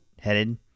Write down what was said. headed